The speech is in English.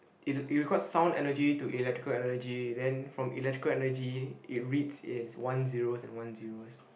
it re~ require sound energy to electrical energy then from electrical energy it reads as one zeros and one zeros